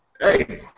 Hey